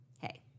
hey